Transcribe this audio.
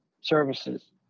services